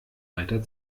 weiter